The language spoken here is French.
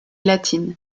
latines